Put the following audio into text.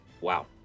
Wow